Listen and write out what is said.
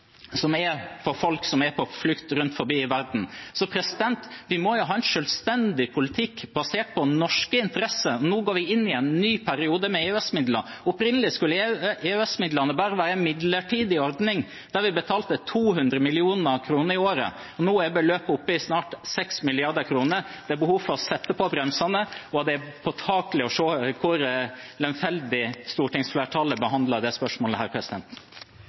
som er for folk som er på flukt rundt om i verden. Vi må ha en selvstendig politikk basert på norske interesser. Nå går vi inn i en ny periode med EØS-midler. Opprinnelig skulle EØS-midlene bare være en midlertidig ordning der vi betalte 200 mill. kr i året. Nå er beløpet oppe i snart 6 mrd. kr. Det er behov for å sette på bremsene, og det er påtakelig å se hvor lemfeldig stortingsflertallet behandler dette spørsmålet.